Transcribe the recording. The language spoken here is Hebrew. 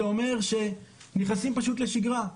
זה אומר שנכנסים פשוט לשגרה.